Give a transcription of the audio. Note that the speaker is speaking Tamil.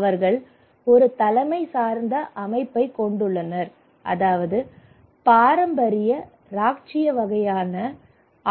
அவர்கள் ஒரு தலைமை சார்ந்த அமைப்பைக் கொண்டுள்ளனர் அதாவது பாரம்பரிய இராச்சிய வகையான